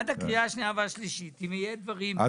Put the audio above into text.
עד השנייה והשלישית אם יהיו שינויים- - אז